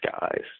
guys